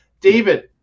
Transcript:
David